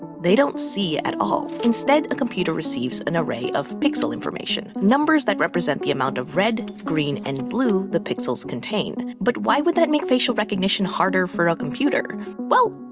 they don't see at all. instead, a computer receives an array of pixel information, numbers that represent the amount of red, green, and blue the pixels contain. but why would that make facial recognition harder for a computer? well,